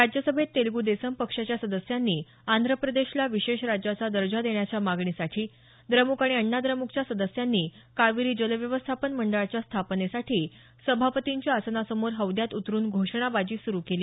राज्यसभेत तेलग् देसम पक्षाच्या सदस्यांनी आंध्र प्रदेशाला विशेष राज्याचा दर्जा देण्याच्या मागणीसाठी द्रम्क आणि अण्णाद्रम्कच्या सदस्यांनी कावेरी जलव्यवस्थापन मंडळाच्या स्थापनेसाठी सभापतींच्या आसनासमोर हौद्यात उतरून घोषणाबाजी सुरू केली